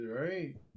right